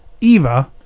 Eva